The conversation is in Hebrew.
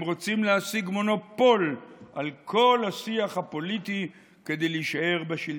הם רוצים להשיג מונופול על כל השיח הפוליטי כדי להישאר בשלטון.